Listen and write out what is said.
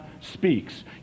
speaks